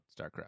StarCraft